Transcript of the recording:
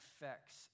effects